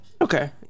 Okay